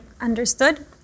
understood